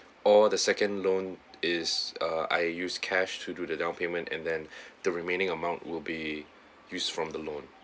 or the second loan is uh I use cash to do the down payment and then the remaining amount will be used from the loan